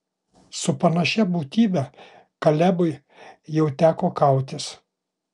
su panašia būtybe kalebui jau teko kautis